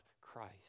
Christ